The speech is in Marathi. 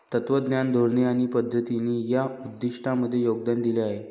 तत्त्वज्ञान, धोरणे आणि पद्धतींनी या उद्दिष्टांमध्ये योगदान दिले आहे